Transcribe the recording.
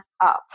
up